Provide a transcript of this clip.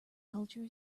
culture